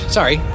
Sorry